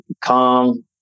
calm